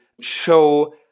show